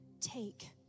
take